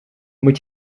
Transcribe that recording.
moet